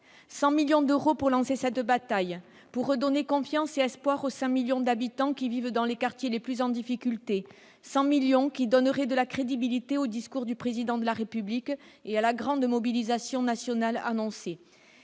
100 millions d'euros pour lancer cette bataille, pour redonner confiance et espoir aux 5 millions d'habitants qui vivent dans les quartiers les plus en difficulté, 100 millions d'euros pour asseoir la crédibilité du discours du Président de la République et contribuer à la grande mobilisation nationale annoncée.